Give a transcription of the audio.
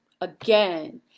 again